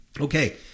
Okay